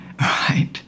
Right